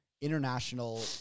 international